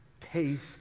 taste